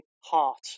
heart